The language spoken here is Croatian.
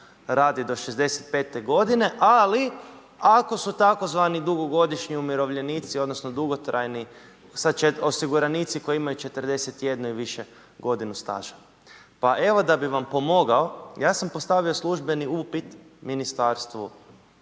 raditi do 65 godine ali ako su tzv. dugogodišnji umirovljenici, odnosno dugotrajni osiguranici koji imaju 41 i više godinu staža. Pa evo da bih vam pomogao, ja sam postavio službeni upit ministarstvu